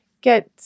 get